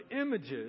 images